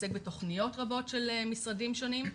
שעוסק בתכניות רבות של משרדים שונים,